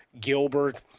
Gilbert